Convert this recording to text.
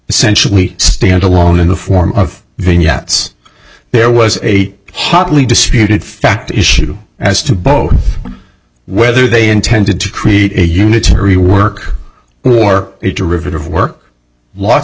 essentially stand alone in the form of vignettes there was a hotly disputed fact issue as to both whether they intended to create a unitary work for it to rivet of work lots